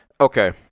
Okay